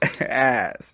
ass